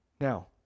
Now